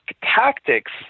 tactics